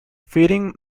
feeding